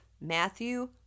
Matthew